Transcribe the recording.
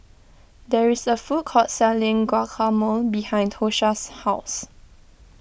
there is a food court selling Guacamole behind Tosha's house